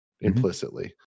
implicitly